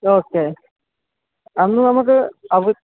okay അന്ന് നമുക്ക് അവ